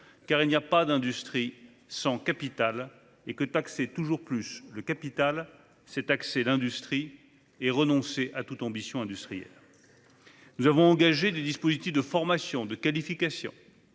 : il n'y a pas d'industrie sans capital et taxer toujours plus le capital, c'est taxer l'industrie et renoncer à toute ambition industrielle ! Nous avons mis en place des dispositifs pour améliorer la formation